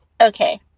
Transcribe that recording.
Okay